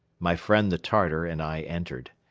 my friend the tartar and i entered.